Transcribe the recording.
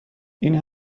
این